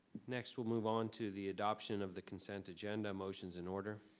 next we'll move on to the adoption of the consent agenda a motion is in order.